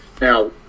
Now